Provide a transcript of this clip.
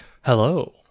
hello